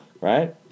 Right